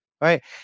right